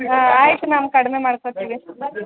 ಆ ಆಯ್ತು ಮ್ಯಾಮ್ ಕಡಿಮೆ ಮಾಡ್ಕೋತೀವಿ